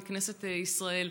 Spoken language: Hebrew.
מכנסת ישראל.